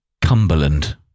Cumberland